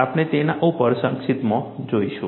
આપણે તેમના ઉપર સંક્ષિપ્તમાં જોઈશું